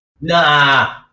Nah